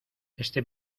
este